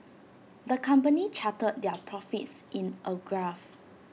the company charted their profits in A graph